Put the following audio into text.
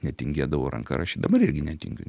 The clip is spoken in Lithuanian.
netingėdavau ranka rašyt dabar irgi netingiu